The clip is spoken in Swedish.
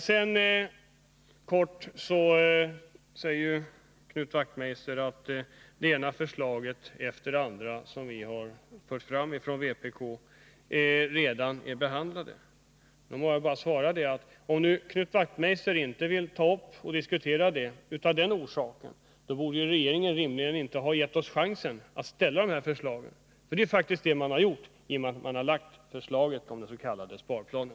Sedan säger Knut Wachtmeister att det ena förslaget efter det andra som vi har fört fram från vpk redan är behandlat. Jag vill då kort svara, att om det är orsaken till att Knut Wachtmeister inte vill ta upp dem till diskussion, då borde regeringen rimligen inte ha gett oss chansen att framställa de här förslagen. Det är ju faktiskt det den har gjort i och med att den lagt fram förslaget om den s.k. sparplanen.